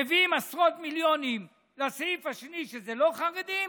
מביאים עשרות מיליונים לסעיף השני, שזה לא חרדים,